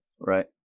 Right